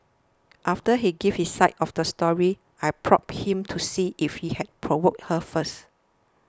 after he gave his side of the story I probed him to see if he had provoked her first